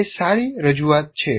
તે સારી રજૂઆત છે